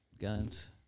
guns